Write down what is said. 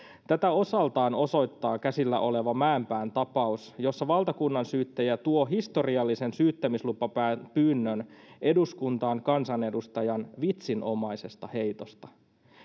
tätä osaltaan osoittaa käsillä oleva mäenpään tapaus jossa valtakunnansyyttäjä tuo historiallisen syyttämislupapyynnön eduskuntaan kansanedustajan vitsinomaisesta heitosta